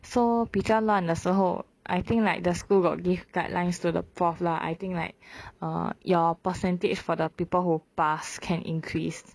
so 比较乱的时候 I think like the school got give guidelines to the prof lah I think like err your percentage for the people who pass can increase